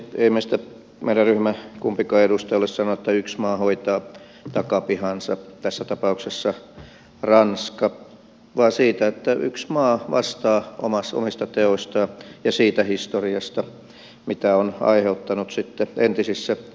ei meidän ryhmä kumpikaan edustaja ole sanonut että yksi maa hoitaa takapihansa tässä tapauksessa ranska vaan että yksi maa vastaa omista teoistaan ja siitä historiasta mitä on aiheuttanut sitten entisissä siirtomaissa